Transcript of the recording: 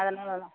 அதனால் தான்